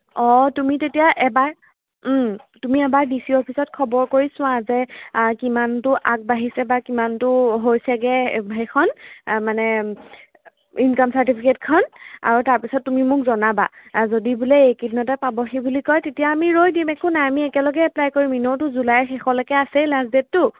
অঁ তুমি তেতিয়া এবাৰ তুমি এবাৰ ডি চি অফিচত খবৰ কৰি চোৱা যে কিমানটো আগবাঢ়িছে বা কিমানটো হৈছেগৈ সেইখন মানে ইনকাম চাৰ্টিফিকেটখন আৰু তাৰ পিছত তুমি মোক জনাবা যদি বোলে এইকেইদিনতে পাবহি বুলি কয় তেতিয়া আমি ৰৈ দিম একো নাই আমি একেলগে এপ্লাই কৰিম এনেওতো জুলাই শেষলৈকে আছেই লাষ্ট ডেটটো